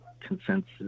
consensus